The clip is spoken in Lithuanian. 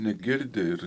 negirdi ir